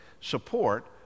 support